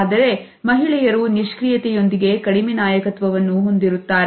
ಆದರೆ ಮಹಿಳೆಯರು ನಿಷ್ಕ್ರಿಯತೆ ಯೊಂದಿಗೆ ಕಡಿಮೆ ನಾಯಕತ್ವವನ್ನು ಹೊಂದಿರುತ್ತಾರೆ